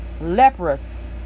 leprous